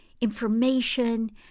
information